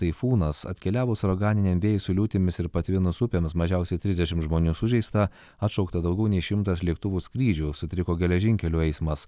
taifūnas atkeliavus uraganiniam vėjui su liūtimis ir patvinus upėms mažiausiai trisdešim žmonių sužeista atšaukta daugiau nei šimtas lėktuvų skrydžių sutriko geležinkelių eismas